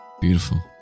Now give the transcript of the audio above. Beautiful